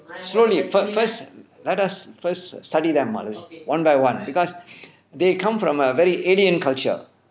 slowly first first let us first study them mala one by one because they come from a very alien culture